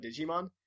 Digimon